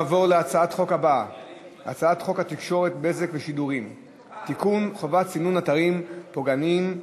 בעד, 23. אין מתנגדים ואין נמנעים.